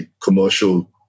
commercial